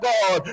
God